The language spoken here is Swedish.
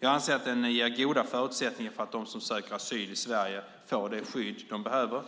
Jag anser att den ger goda förutsättningar för att de som söker asyl i Sverige ska få det skydd de behöver.